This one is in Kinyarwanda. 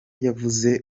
yavuze